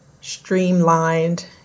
streamlined